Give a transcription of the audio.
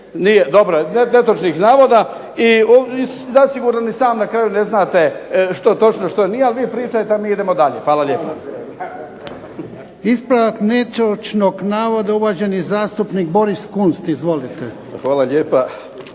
Nije? Dobro. Netočnih navoda i zasigurno ni sam na kraju ne znate što je točno, što nije, ali vi pričajte, a mi idemo dalje. Hvala lijepa. **Jarnjak, Ivan (HDZ)** Ispravak netočnog navoda, uvaženi zastupnik Boris Kunst. Izvolite. **Kunst,